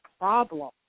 problem